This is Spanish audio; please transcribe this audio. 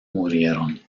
murieron